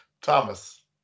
Thomas